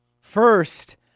First